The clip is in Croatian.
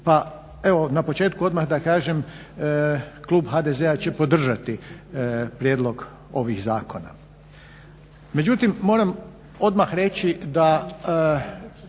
Pa evo odmah na početku da kažem klub HDZ-a će podržati ovaj prijedlog zakona. Međutim moram odmah reći da